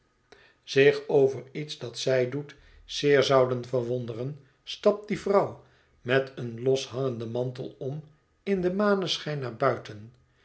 niet hier dat zij doet zeer zouden verwonderen stapt die vrouw met een loshangenden mantel om in den maneschijn naar buiten